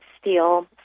steel